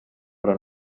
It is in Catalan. però